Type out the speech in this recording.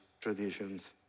traditions